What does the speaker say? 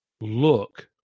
look